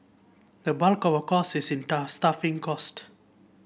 the bulk of our cost is in staffing cost